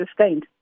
sustained